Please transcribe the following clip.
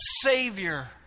savior